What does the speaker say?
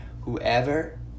whoever